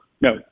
No